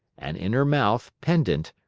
and in her mouth, pendent,